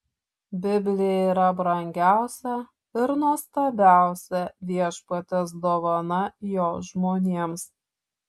biblija yra brangiausia ir nuostabiausia viešpaties dovana jo žmonėms